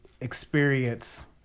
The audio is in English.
experience